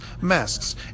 masks